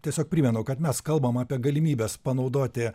tiesiog primenu kad mes kalbam apie galimybes panaudoti